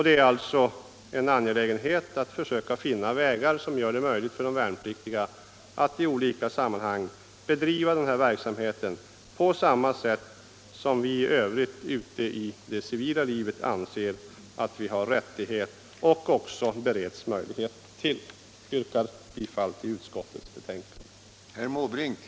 Det är alltså angeläget att försöka finna vägar som gör det möjligt för de värnpliktiga att i olika sammanhang bedriva sådan verksamhet på samma sätt som vi ute i det civila livet anser oss ha rätt till och också bereds möjlighet till detta. Herr talman! Jag yrkar bifall till utskottets hemställan.